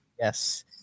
Yes